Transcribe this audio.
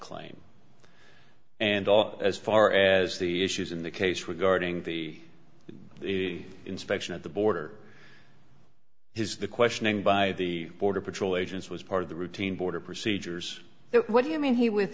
claim and all as far as the issues in the case regarding the inspection at the border his the questioning by the border patrol agents was part of the routine border procedures what do you mean he